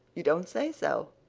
you don't say so!